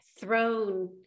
thrown